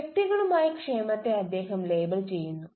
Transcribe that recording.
വ്യക്തികളുമായി ക്ഷേമത്തെ അദ്ദേഹം ലേബൽ ചെയ്യുന്നു